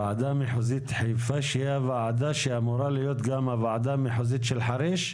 ועדה מחוזית חיפה שהיא הוועדה שאמורה להיות גם הוועדה המחוזית של חריש?